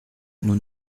nous